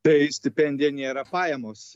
tai stipendija nėra pajamos